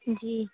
جی